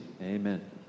Amen